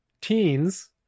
teens